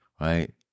right